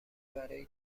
برای